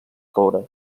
coure